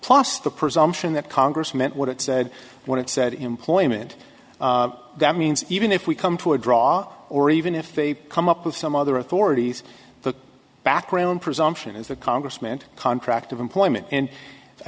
plus the presumption that congress meant what it said when it said employment that means even if we come to a draw or even if they come up with some other authorities the background presumption is the congressman contract of employment and i